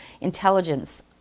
intelligence